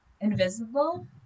Invisible